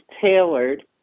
tailored